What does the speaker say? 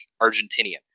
Argentinian